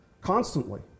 Constantly